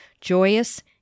joyous